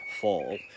fall